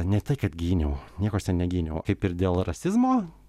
ne tai kad gyniau nieko aš ten negyniau kaip ir dėl rasizmo